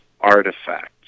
artifacts